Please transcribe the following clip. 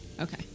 Okay